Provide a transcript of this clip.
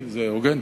זה הוגן?